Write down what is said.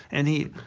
and he,